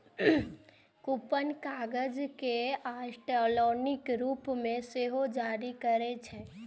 coupon कागज केर आ इलेक्ट्रॉनिक रूप मे सेहो जारी कैल जाइ छै